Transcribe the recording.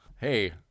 Hey